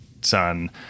son